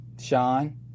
Sean